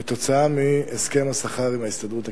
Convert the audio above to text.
כתוצאה מהסכם השכר עם ההסתדרות הכללית.